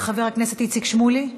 חבר הכנסת איציק שמולי,